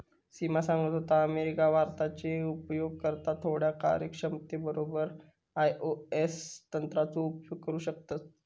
सिमा सांगत होता, अमेरिका, भारताचे उपयोगकर्ता थोड्या कार्यक्षमते बरोबर आई.ओ.एस यंत्राचो उपयोग करू शकतत